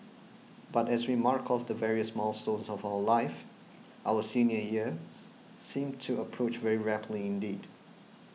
but as we mark off the various milestones of life our senior years seem to approach very rapidly indeed